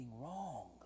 wrong